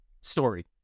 story